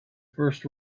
first